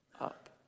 up